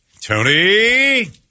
Tony